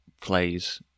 plays